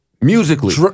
Musically